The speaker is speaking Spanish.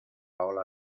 ola